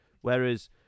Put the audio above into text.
Whereas